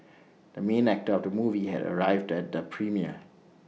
the main actor of the movie has arrived at the premiere